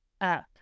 up